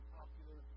popular